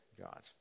God